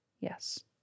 Yes